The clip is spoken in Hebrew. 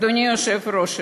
אדוני היושב-ראש,